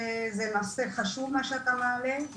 זה נושא חשוב מה שאתה מעלה,